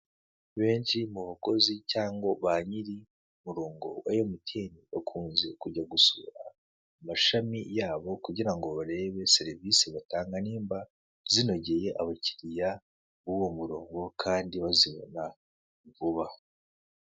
Benshi mu bakozi cyangwa ba nyiri murongo wa emutiyeni bakunze kujya gusura amashami yabo kugira ngo barebe serivise batanga nimba zinogeye abakiriya b'uwo murongo, kandi bazibona vuba.